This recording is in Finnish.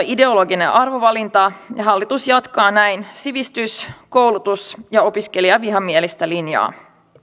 ideologinen arvovalinta ja hallitus jatkaa näin sivistys koulutus ja opiskelijavihamielistä linjaa